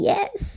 Yes